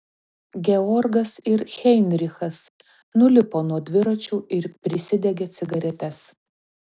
georgas ir heinrichas nulipo nuo dviračių ir prisidegė cigaretes